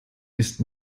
ist